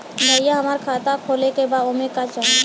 भईया हमार खाता खोले के बा ओमे का चाही?